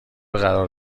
قرار